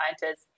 scientists